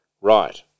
Right